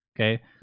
okay